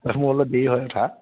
মোৰ অলপ দেৰি হয় উঠা